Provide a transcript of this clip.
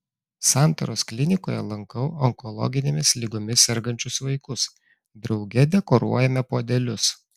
santaros klinikoje lankau onkologinėmis ligomis sergančius vaikus drauge dekoruojame puodelius